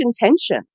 intention